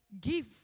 give